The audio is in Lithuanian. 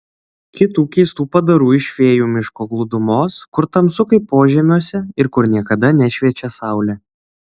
kitų keistų padarų iš fėjų miško glūdumos kur tamsu kaip požemiuose ir kur niekada nešviečia saulė